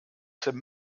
some